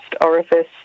orifice